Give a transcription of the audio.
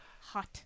hot